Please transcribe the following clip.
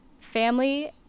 family